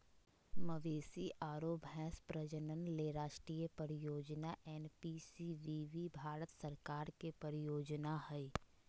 मवेशी आरो भैंस प्रजनन ले राष्ट्रीय परियोजना एनपीसीबीबी भारत सरकार के परियोजना हई